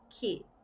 key